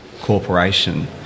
corporation